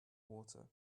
water